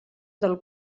del